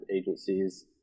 agencies